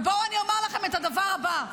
ובואו אני אומר לכם את הדבר הבא: